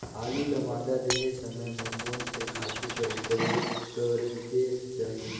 आलू ल मादा देहे समय म कोन से खातु कर प्रयोग करेके चाही?